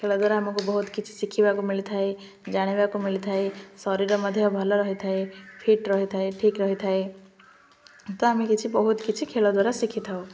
ଖେଳ ଦ୍ୱାରା ଆମକୁ ବହୁତ କିଛି ଶିଖିବାକୁ ମିଳିଥାଏ ଜାଣିବାକୁ ମିଳିଥାଏ ଶରୀର ମଧ୍ୟ ଭଲ ରହିଥାଏ ଫିଟ୍ ରହିଥାଏ ଠିକ୍ ରହିଥାଏ ତ ଆମେ କିଛି ବହୁତ କିଛି ଖେଳ ଦ୍ୱାରା ଶିଖିଥାଉ